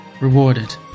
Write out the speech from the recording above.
rewarded